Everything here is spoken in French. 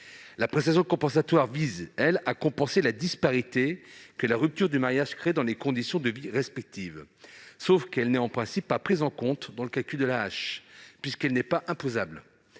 La prestation compensatoire vise quant à elle à compenser la disparité que la rupture du mariage crée dans les conditions de vie respectives, sauf qu'elle n'est en principe pas prise en compte dans le calcul de l'AAH, parce qu'elle n'est pas imposable,